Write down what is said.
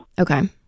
Okay